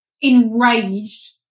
enraged